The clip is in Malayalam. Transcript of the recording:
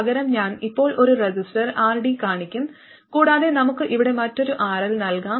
പകരം ഞാൻ ഇപ്പോൾ ഒരു റെസിസ്റ്റർ RD കാണിക്കും കൂടാതെ നമുക്ക് ഇവിടെ മറ്റൊരു RL നൽകാം